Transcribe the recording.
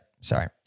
Sorry